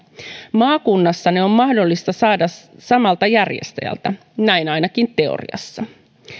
maakunnassa ne on mahdollista saada samalta järjestäjältä näin ainakin teoriassa